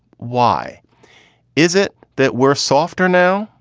why is it that we're softer now?